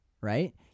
right